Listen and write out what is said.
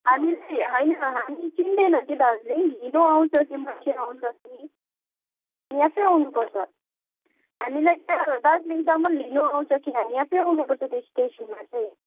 हामी नि होइन हामी चिन्दैनौँ कि दार्जिलिङ लिनु आउँछ कि मान्छे आउँछ कि कि आफै आउनुपर्छ हामीलाई त्यहाँ दार्जिलिङसम्म लिनुआउँछ कि हामी आफै आउनुपर्छ त्यो स्टेसनमा चाहिँ